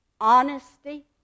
honesty